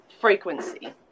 frequency